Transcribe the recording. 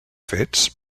fets